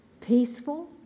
peaceful